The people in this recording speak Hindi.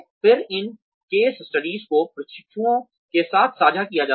फिर इन केस स्टडीज़ को प्रशिक्षुओं के साथ साझा किया जाता है